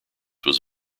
was